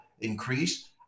increase